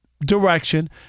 direction